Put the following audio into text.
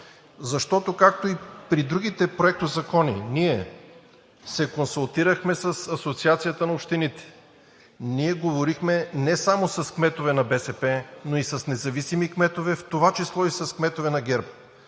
Защото, както и при другите проектозакони, ние се консултирахме с Асоциацията на общините. Говорихме не само с кметове на БСП, но и с независими кметове, в това число и с кметове на ГЕРБ,